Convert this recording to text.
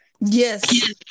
Yes